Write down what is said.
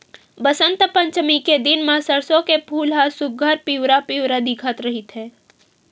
बसंत पचमी के दिन म सरसो के फूल ह सुग्घर पिवरा पिवरा दिखत रहिथे